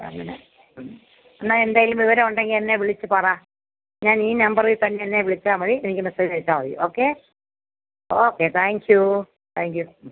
ആ പിന്നെ മ്മ് എന്നാൽ എന്തെങ്കിലും വിവരം ഉണ്ടെങ്കിൽ എന്നെ വിളിച്ച് പറ ഞാൻ ഈ നമ്പറിൽ തന്നെ എന്നെ വിളിച്ചാൽ മതി എനിക്ക് മെസ്സേജ് അയച്ചാൽ മതി okay okay thank you thank you mm